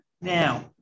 Now